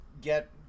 get